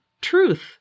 truth